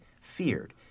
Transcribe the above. feared